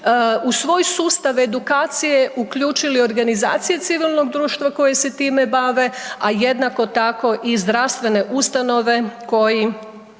u svoj sustav edukacije uključili organizacije civilnog društva koji se time bave, a jednako tako i zdravstvene ustanove koji